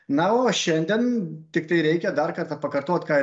na o šiandien tiktai reikia dar kartą pakartoti ką